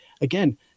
Again